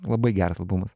labai geras albumas